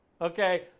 Okay